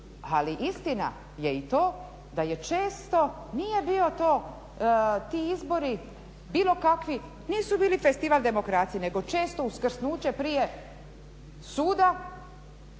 Ali istina je i to da često nije bio to, ti izbori bilo kakvi nisu bili festival demokracije nego često uskrsnuće prije suda,